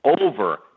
over